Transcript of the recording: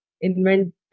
invent